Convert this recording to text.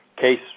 case